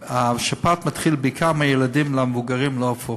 השפעת מתחילה בעיקר מהילדים, למבוגרים, לא הפוך.